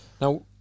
Now